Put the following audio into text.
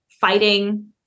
fighting